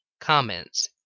comments